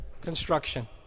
construction